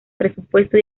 presupuesto